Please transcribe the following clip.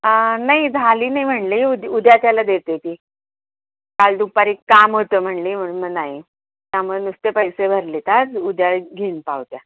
नाही झाली नाही म्हणाली उद्या त्याला देते ती काल दुपारी काम होतं म्हणाली म्हणून मग नाही त्यामुळे नुसते पैसे भरले आहेत आज उद्या घेईन पावत्या